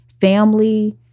family